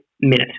minute